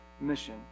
mission